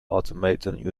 automaton